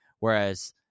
Whereas